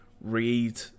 read